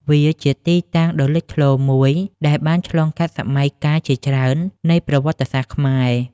វាជាទីតាំងដ៏លេចធ្លោមួយដែលបានឆ្លងកាត់សម័យកាលជាច្រើននៃប្រវត្តិសាស្ត្រខ្មែរ។